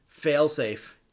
failsafe